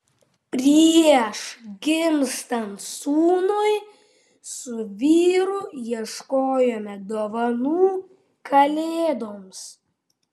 prieš gimstant sūnui su vyru ieškojome dovanų kalėdoms